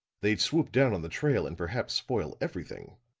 they'd swoop down on the trail and perhaps spoil everything!